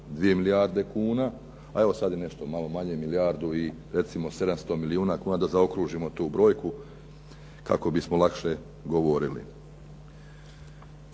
2 milijarde kuna a evo sada je nešto malo manje milijardu i recimo 700 milijuna kuna, da zaokružimo tu brojku kako bismo lakše govorili.